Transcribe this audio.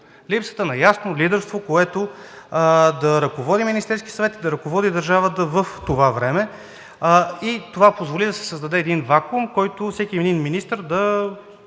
Липсата на ясно лидерство, което да ръководи Министерския съвет, да ръководи държавата в това време и това позволи да се създаде един вакуум, в който всеки един министър да